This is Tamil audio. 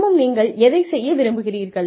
தினமும் நீங்கள் எதை செய்ய விரும்புகிறீர்கள்